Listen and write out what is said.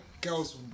girls